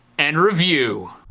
and review